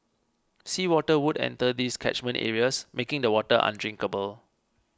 sea water would enter these catchment areas making the water undrinkable